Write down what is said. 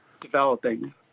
developing